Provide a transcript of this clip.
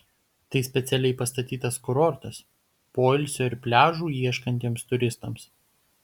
tai specialiai pastatytas kurortas poilsio ir pliažų ieškantiems turistams